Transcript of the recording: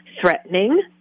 threatening